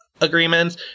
agreements